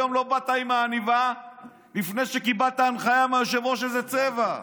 היום לא באת עם עניבה לפני שקיבלת הנחיה מהיושב-ראש איזה צבע.